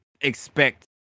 expect